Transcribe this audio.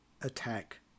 attack